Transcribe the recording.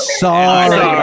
sorry